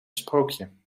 sprookje